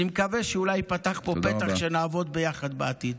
אני מקווה שאולי ייפתח פה פתח שנעבוד ביחד בעתיד.